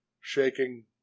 shaking